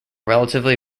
relatively